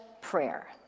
prayer